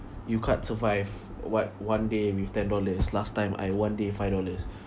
you can't survive what one day with ten dollars last time I one day five dollars